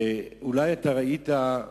אולי ראית,